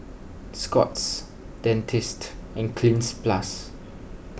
Scott's Dentiste and Cleanz Plus